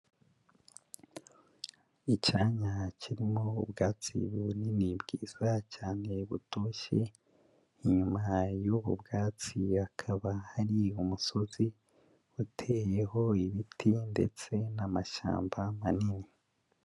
Icyanya kirimo ubwatsi bunini bwiza cyane butoshye, inyuma y'ubu bwatsi, hakaba hari umusozi uteyeho ibiti ndetse n'amashyamba manini.